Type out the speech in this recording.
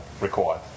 required